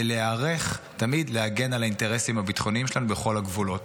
ולהיערך תמיד להגן על האינטרסים הביטחוניים שלנו בכל הגבולות.